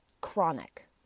chronic